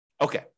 Okay